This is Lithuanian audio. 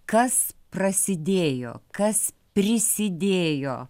kas prasidėjo kas prisidėjo